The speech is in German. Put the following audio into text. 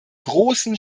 großen